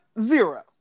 zero